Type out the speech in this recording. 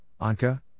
Anka